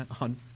on